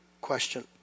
question